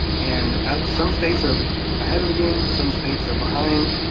and ah some states are ahead of the game, some states are behind,